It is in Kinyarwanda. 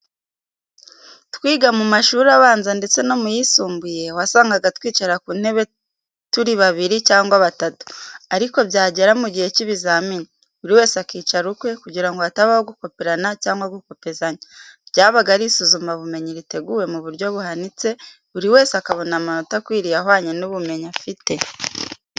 Twiga mu mashuri abanza ndetse no mu yisumbuye, wasangaga twicara ku ntebe turi babiri cyangwa batatu. Ariko byagera mu gihe cy’ibizamini, buri wese akicara ukwe kugira ngo hatabaho gukoperana cyangwa gukopezanya. Ryabaga ari isuzumabumenyi riteguwe mu buryo buhanitse, buri wese akabona amanota akwiriye ahwanye n’ubumenyi afite.